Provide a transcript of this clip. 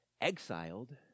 exiled